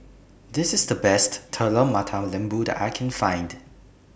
This IS The Best Telur Mata Lembu that I Can Find